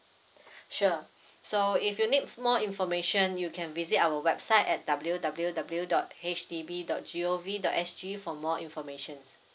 sure so if you need more information you can visit our website at W W W dot H D B dot G O V dot S G for more information